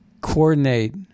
coordinate